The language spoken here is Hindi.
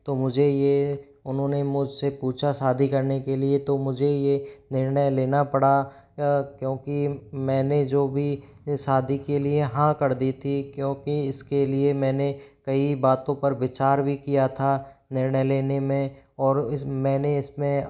तो मुझे ये उन्होंने मुझ से पूछा शादी करने के लिए तो मुझे ये निर्णय लेना पड़ा क्योंकि मैंने जो भी शादी के लिए हाँ कर दी थी क्योंकि इस के लिए मैंने कई बातों पर विचार भी किया था निर्णय लेने में और इस मैंने इस में